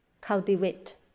cultivate